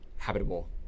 habitable